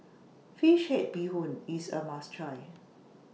Fish Head Bee Hoon IS A must Try